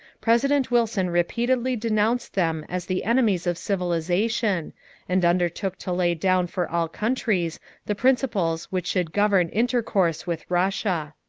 president wilson repeatedly denounced them as the enemies of civilization and undertook to lay down for all countries the principles which should govern intercourse with russia.